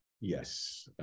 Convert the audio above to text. Yes